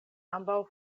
ambaŭ